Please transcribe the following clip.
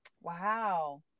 Wow